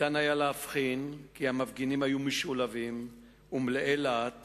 ניתן היה להבחין כי המפגינים היו משולהבים ומלאי להט